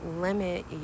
limit